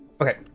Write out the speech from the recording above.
Okay